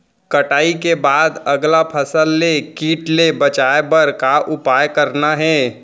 कटाई के बाद अगला फसल ले किट ले बचाए बर का उपाय करना हे?